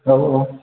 औ औ